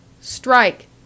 Strike